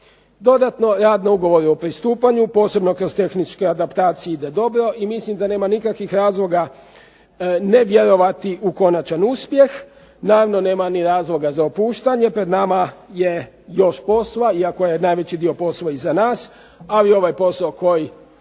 Dodatno rad na ugovore o pristupanju posebno kroz tehničke adaptacije ide dobro i mislim da nema nikakvih razloga ne vjerovati u konačan uspjeh, naravno nema ni razloga za opuštanje, pred nama je još posla iako je najveći dio posla iza nas, ali ovaj posao koji